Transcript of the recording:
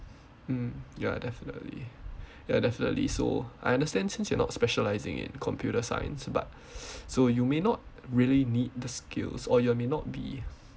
mm ya definitely ya definitely so I understand since you're not specialising in computer science but so you may not really need the skills or you may not be